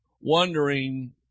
wondering